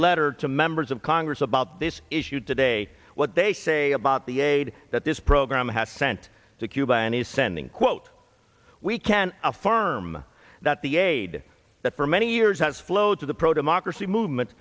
letter to members of congress about this issue today what they say about the aid that this program has sent to cuba and is sending quote we can affirm that the aid that for many years has flowed to the pro democracy movement